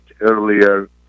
earlier